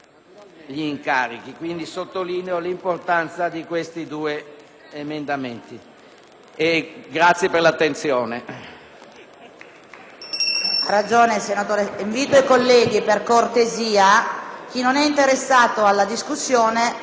stessi. Sottolineo l'importanza di questi due emendamenti. Grazie per l'attenzione.